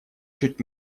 чуть